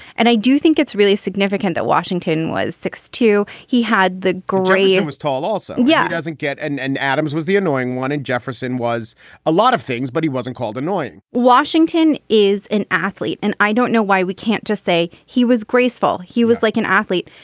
and i do think it's really significant that washington was six two. he had the glory and was tall also yeah. doesn't get and an adams was the annoying wanted. jefferson was a lot of things, but he wasn't called annoying washington is an athlete and i don't know why. we can't just say he was graceful. he was like an athlete.